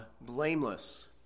blameless